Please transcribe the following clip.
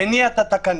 הניעה את התקנות.